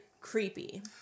creepy